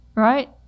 right